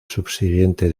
subsiguiente